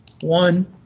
one